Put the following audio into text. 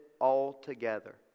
altogether